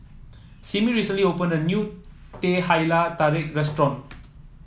Simmie recently opened a new Teh Halia Tarik restaurant